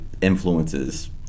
influences